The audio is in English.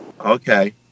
okay